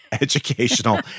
Educational